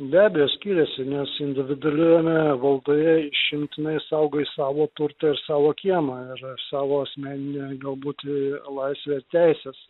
be abejo skiriasi nes individualiojame valdoje išimtinai saugai savo turtą ir savo kiemą ir savo asmeninę galbūt laisvę ir teises